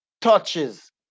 touches